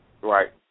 Right